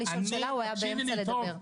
תקשיבי לי טוב.